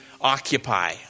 Occupy